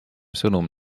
sõnum